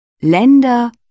Länder